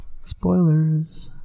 Spoilers